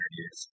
years